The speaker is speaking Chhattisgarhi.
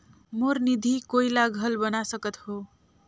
मोर निधि कोई ला घल बना सकत हो?